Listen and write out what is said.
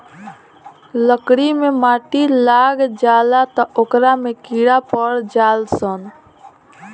लकड़ी मे माटी लाग जाला त ओकरा में कीड़ा पड़ जाल सन